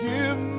Give